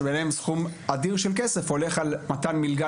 שביניהן סכום אדיר של כסף הולך על מתן מלגה